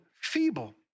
feeble